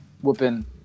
whooping